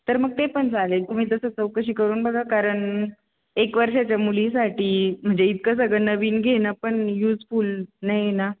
तर मग ते पण चालेल तुम्ही तसं चौकशी करून बघा कारण एक वर्षाच्या मुलीसाठी म्हणजे इतकं सगळं नवीन घेणं पण यूजफुल नाही ना